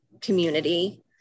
community